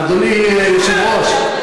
אדוני היושב-ראש,